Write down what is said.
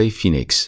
Phoenix